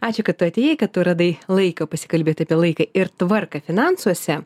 ačiū kad atėjai kad tu radai laiko pasikalbėt apie laiką ir tvarką finansuose